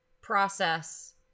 process